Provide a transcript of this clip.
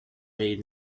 made